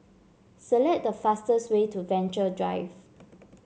select the fastest way to Venture Drive